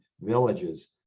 villages